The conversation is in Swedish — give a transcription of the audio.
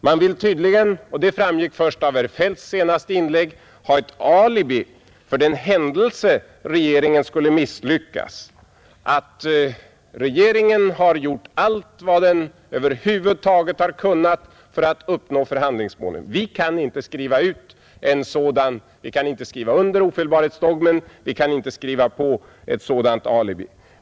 Man vill tydligen — det framgick först av herr Feldts senaste inlägg — ha ett alibi, för den händelse regeringen skulle misslyckas, att regeringen har gjort allt vad den över huvud taget har kunnat för att uppnå förhandlingsmålen, Vi kan inte skriva under den ofelbarhetsdogmen, vi kan inte skriva på ett sådant alibi.